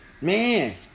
man